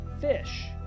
fish